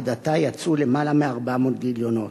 עד עתה יצאו למעלה מ-400 גיליונות.